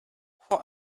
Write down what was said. what